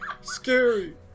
scary